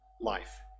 life